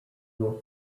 north